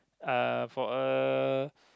uh for a